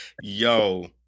Yo